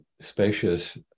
spacious